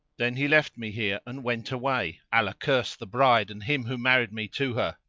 then he left me here and went away, allah curse the bride and him who married me to her!